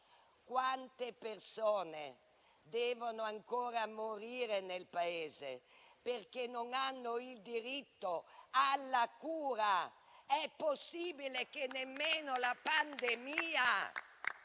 Quante persone devono ancora morire nel Paese perché non hanno il diritto alla cura? È possibile che nemmeno la pandemia